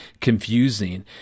confusing